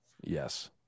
Yes